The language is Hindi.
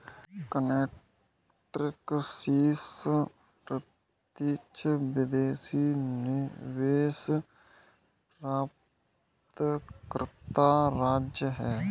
कर्नाटक शीर्ष प्रत्यक्ष विदेशी निवेश प्राप्तकर्ता राज्य है